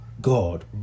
god